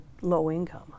low-income